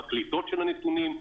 בקליטות של הנתונים,